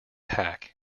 hack